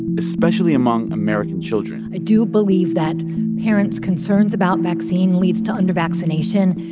especially among american children? i do believe that parents' concerns about vaccine leads to under-vaccination.